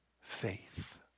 faith